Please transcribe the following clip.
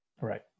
Right